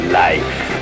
life